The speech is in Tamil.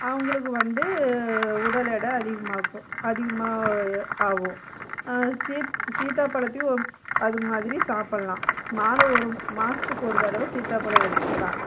அவங்களுக்கு வந்து உடல் எடை அதிகமாகும் அதிகமாக ஆகும் சீத் சீதாப்பழத்தையும் அதுமாதிரி சாப்புடலாம் மாதம் ஒரு மாதத்துக்கு ஒரு தடவை சீதாப்பழம் எடுத்துக்கலாம்